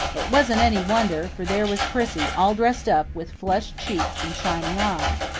it wasn't any wonder, for there was prissy, all dressed up, with flushed cheeks and shining eyes.